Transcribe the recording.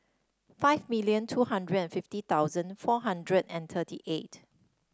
five million two hundred and fifty thousand four hundred and thirty eight